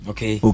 Okay